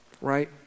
Right